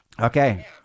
Okay